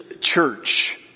church